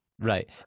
right